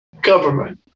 government